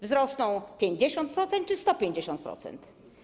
Wzrosną o 50% czy 150%?